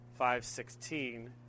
516